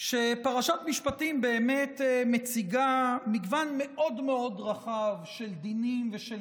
שפרשת משפטים באמת מציגה מגוון מאוד מאוד רחב של דינים ושל